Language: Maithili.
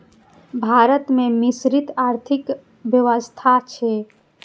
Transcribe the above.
भारत मे मिश्रित आर्थिक व्यवस्था छै